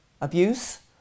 abuse